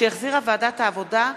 שהחזירה ועדת העבודה,